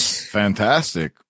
fantastic